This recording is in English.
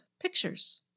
pictures